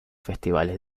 festivales